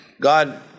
God